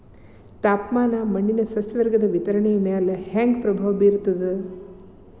ತಾಪಮಾನ ಮಣ್ಣಿನ ಸಸ್ಯವರ್ಗದ ವಿತರಣೆಯ ಮ್ಯಾಲ ಹ್ಯಾಂಗ ಪ್ರಭಾವ ಬೇರ್ತದ್ರಿ?